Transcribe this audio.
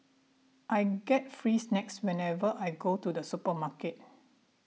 I get free snacks whenever I go to the supermarket